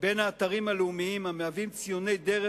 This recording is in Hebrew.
בין האתרים הלאומיים המהווים ציוני דרך